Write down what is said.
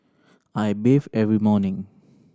I bathe every morning